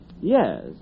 Yes